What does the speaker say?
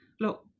look